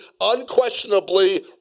unquestionably